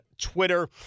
Twitter